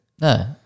No